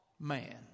Man